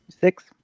Six